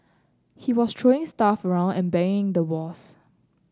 he was throwing stuff around and banging the walls